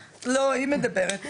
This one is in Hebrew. לא, היא מדברת.